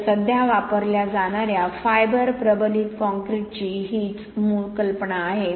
तर सध्या वापरल्या जाणाऱ्या फायबर प्रबलित काँक्रीटची हीच मूळ कल्पना आहे